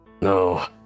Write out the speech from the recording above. no